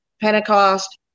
Pentecost